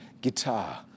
guitar